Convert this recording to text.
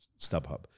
StubHub